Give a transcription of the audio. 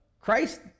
Christ